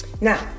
now